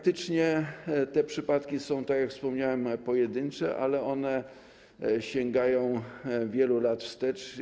Te przypadki są, tak jak wspomniałem, praktycznie pojedyncze, ale one sięgają wielu lat wstecz.